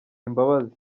imbabazi